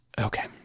Okay